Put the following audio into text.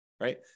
right